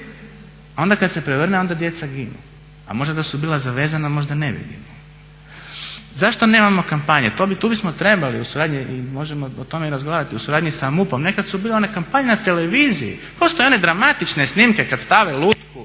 Onda kad se prevrne onda djeca ginu. A možda da su bila zavezana možda ne bi ginula. Zašto nemamo kampanje? Tu bismo trebali u suradnji, i možemo o tome i razgovarati, u suradnji sa MUP-om, nekad su bile one kampanje na televiziji, postoje one dramatične snimke kad stave lutku